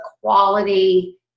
quality